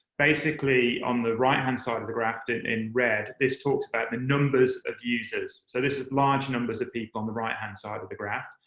basically, on the right-hand side of the graph, in and red, this talks about the numbers of users. so this is large numbers of people on the right-hand side of the graph.